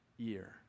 Year